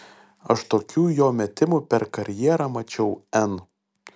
aš tokių jo metimų per karjerą mačiau n